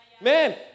Man